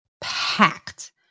packed